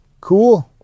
cool